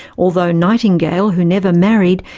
although nightingale, who never married,